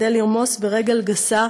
כדי לרמוס ברגל גסה